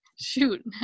shoot